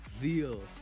real